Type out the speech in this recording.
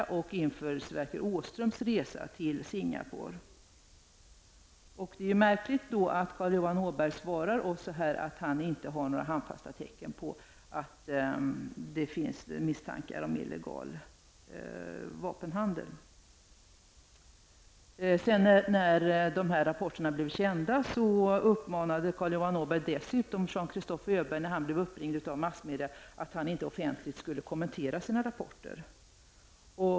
En anledning var också Sverker Åströms resa till Singapore. Därför var det märkligt att Carl Johan Åberg svarade oss att det inte fanns några handfasta tecken på illegal vapenhandel. Öberg blev uppringd av massmedia uppmanade Öberg att denne inte offenligt skulle kommentera sina rapporter.